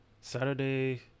Saturday